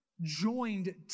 joined